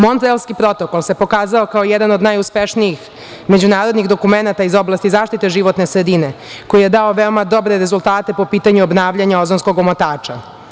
Montrealski protokol se pokazao kao jedan od najuspešnijih međunarodnih dokumenata iz oblasti zaštite životne sredine, koji je dao veoma dobre rezultate po pitanju obavljanja ozonskog omotača.